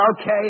okay